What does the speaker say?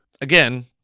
again